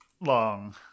long